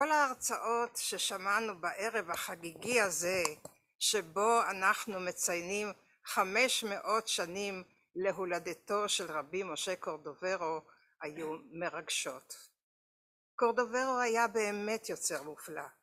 כל ההרצאות ששמענו בערב החגיגי הזה שבו אנחנו מציינים חמש מאות שנים להולדתו של רבי משה קורדוברו היו מרגשות. קורדוברו היה באמת יוצר מופלא